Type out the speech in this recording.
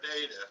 data